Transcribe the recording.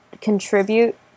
contribute